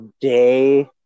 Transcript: day